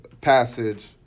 passage